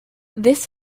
this